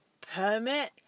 permit